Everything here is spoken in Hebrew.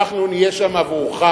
אנחנו נהיה שם עבורך,